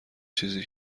چیزی